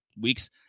weeks